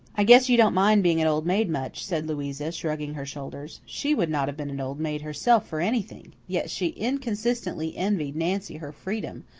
i guess you don't mind being an old maid much, said louisa, shrugging her shoulders. she would not have been an old maid herself for anything yet she inconsistently envied nancy her freedom,